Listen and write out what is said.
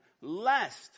Lest